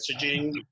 messaging